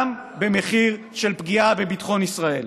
גם במחיר של פגיעה בביטחון ישראל.